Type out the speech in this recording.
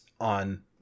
on